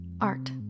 art